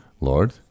Lord